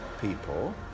people